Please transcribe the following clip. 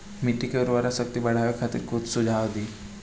मिट्टी के उर्वरा शक्ति बढ़ावे खातिर कुछ सुझाव दी?